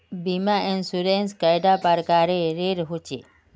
बीमा इंश्योरेंस कैडा प्रकारेर रेर होचे